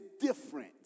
different